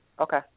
Okay